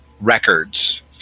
records